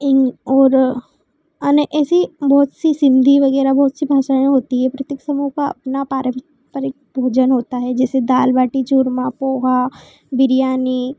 इंग और अनेक एसी बहुत सी सिंधी वगैरह बहुत सी भाषाएँ होती हैं प्रत्येक समूह का अपना पारंपरिक भोजन होता है जैसे दाल बाटी चूरमा पोहा बिरयानी